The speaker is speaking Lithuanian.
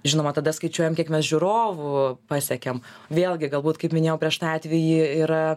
žinoma tada skaičiuojam kiek mes žiūrovų pasiekėm vėlgi galbūt kaip minėjau prieš tą atvejį yra